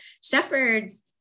shepherds